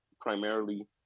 primarily